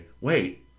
wait